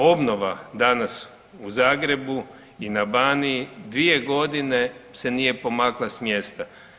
Obnova danas u Zagrebu i na Baniji dvije godine se nije pomakla s mjesta.